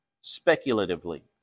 speculatively